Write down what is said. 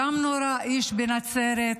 נורה איש, גם בנצרת,